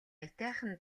аятайхан